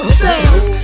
sales